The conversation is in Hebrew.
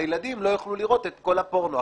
הילדים לא יוכלו לראות את כל הפורנו.